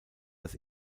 das